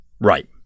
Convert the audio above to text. right